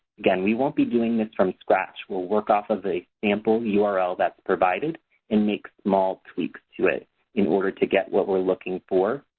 again we won't be doing this from scratch. we'll work off of the example url that's provided and make small tweaks to it in order to get what we're looking for.